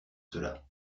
cela